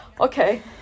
Okay